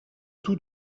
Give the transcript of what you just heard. tout